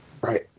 Right